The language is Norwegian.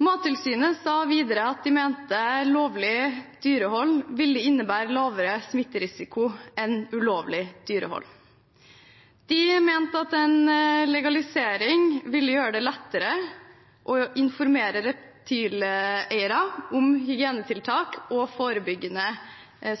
Mattilsynet mente videre at lovlig dyrehold ville innebære lavere smitterisiko enn ulovlig dyrehold. De mente at en legalisering ville gjøre det lettere å informere reptileiere om hygienetiltak og forebygge